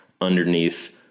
underneath